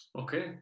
Okay